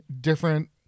different